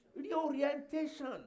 Reorientation